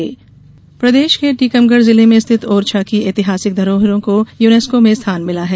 ओरछा धरोहर प्रदेश के टीकमगढ़ जिले में स्थित ओरछा की ऐतिहासिक धरोहरों को यूनेस्को में स्थान मिला है